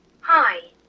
Hi